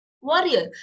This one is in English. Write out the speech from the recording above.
warrior